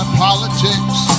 politics